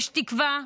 יש תקווה,